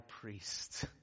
priest